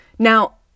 Now